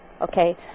okay